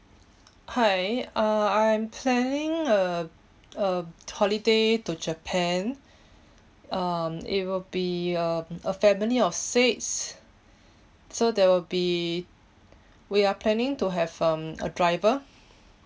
hi uh I'm planning a a holiday to japan um it will be um a family of six so there will be we are planning to have um a driver